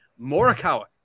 Morikawa